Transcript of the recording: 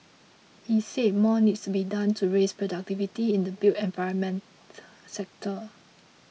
he said more needs to be done to raise productivity in the built environment sector